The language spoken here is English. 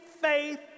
faith